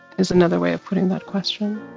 is another way of putting that question.